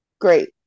Great